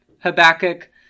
Habakkuk